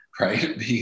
right